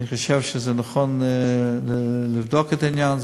אני חושב שזה נכון לבדוק את העניין.